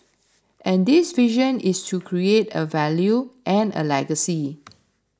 and this vision is to create a value and a legacy